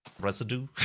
Residue